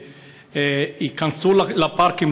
ייכנסו לפארקים,